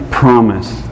promise